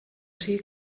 rhy